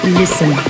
listen